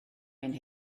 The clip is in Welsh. mynd